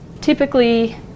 Typically